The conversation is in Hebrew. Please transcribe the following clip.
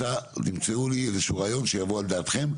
תמצאו לי איזשהו רעיון שיבוא על דעתכם,